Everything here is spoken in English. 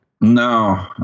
no